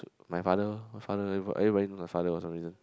my father my father everybody know my father for some reason